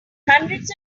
hundreds